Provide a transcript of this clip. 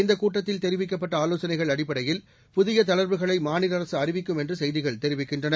இந்தக் கூட்டத்தில் தெரிவிக்கப்பட்ட ஆலோசனைகள் அடிப்படையில் புதிய தளர்வுகளை மாநில அரசு அறிவிக்கும் என்று செய்திகள் தெரிவிக்கின்றன